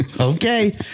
Okay